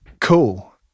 cool